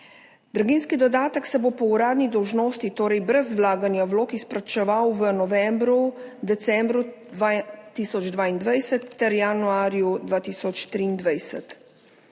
Draginjski dodatek se bo po uradni dolžnosti, torej brez vlaganja vlog, izplačeval v novembru, decembru 2022 ter januarju 2023.